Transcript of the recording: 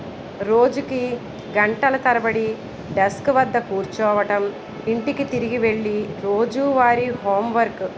రోజుకి గంటల తరబడి డెస్క్ వద్ద కూర్చోవడం ఇంటికి తిరిగి వెళ్ళి రోజూ వారి హోం వర్క్